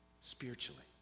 spiritually